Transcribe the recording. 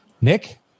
Nick